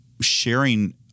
sharing